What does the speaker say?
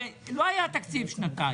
הרי לא היה תקציב שנתיים,